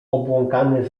obłąkany